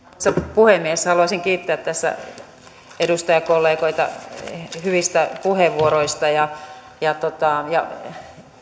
puhemies haluaisin kiittää tässä edustajakollegoita hyvistä puheenvuoroista ja ja